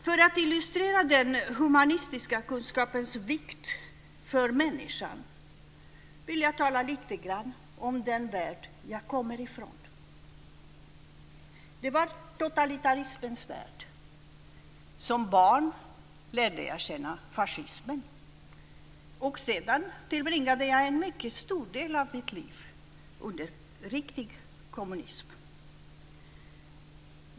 För att illustrera den humanistiska kunskapens vikt för människan vill jag tala lite grann om den värld jag kommer ifrån. Det var totalitarismens värld. Som barn lärde jag känna fascismen, och sedan tillbringade jag en mycket stor del av mitt liv under riktig kommunism.